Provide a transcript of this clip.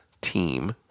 team